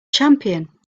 champion